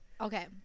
Okay